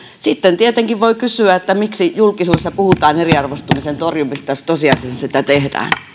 sitten tietenkin voi kysyä miksi julkisuudessa puhutaan eriarvoistumisen torjumisesta jos tosiasiassa sitä tehdään